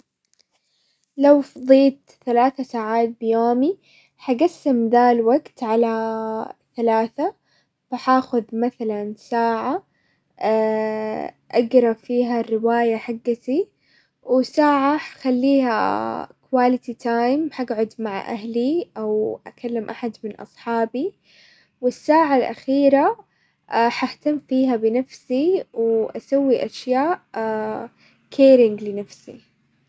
لو فضيت ثلاثة ساعات بيومي حقسم ذا الوقت على ثلاثة، فحاخذ مثلا ساعة اقرا فيها الرواية حقتي، وساعة اخليها كواليتي تايم، حقعد مع اهلي او اكلم احد من اصحابي، والساعة الاخيرة حاهتم فيها بنفسي واسوي اشياء كيرينج لنفسي.